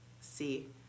see